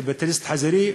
קפיטליזם חזירי,